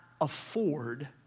afford